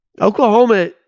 Oklahoma